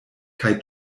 kaj